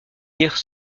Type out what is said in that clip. dire